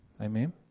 Amen